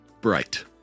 Bright